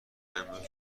امروز